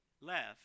left